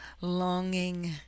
longing